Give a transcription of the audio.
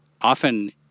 often